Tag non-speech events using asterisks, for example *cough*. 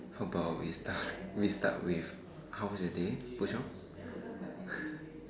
how about we start we start with how was your day Boon-Chong *breath*